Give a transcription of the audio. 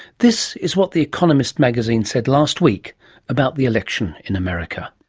this is what the economist magazine said last week about the election in america.